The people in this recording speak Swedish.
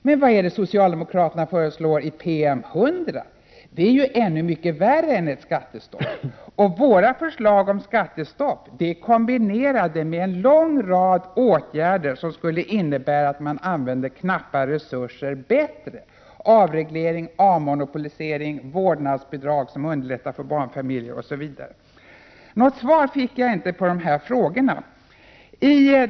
Men vad föreslår socialdemokraterna i PM 100? Jo, något som är mycket värre än ett skattestopp. Våra förslag om skattestopp är kombinerade med en lång rad åtgärder som skulle innebära att man använde knappa resurser på ett bättre sätt — avreglering, avmonopolisering, vårdnadsbidrag som underlättar för barnfamiljer, osv. Något svar fick jag inte på dessa frågor.